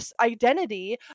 identity